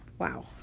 wow